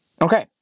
Okay